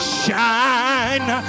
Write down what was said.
shine